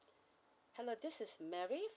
hello this is mary